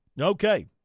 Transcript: Okay